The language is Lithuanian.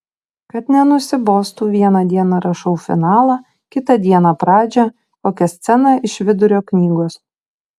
kad nenusibostų vieną dieną rašau finalą kitą dieną pradžią kokią sceną iš vidurio knygos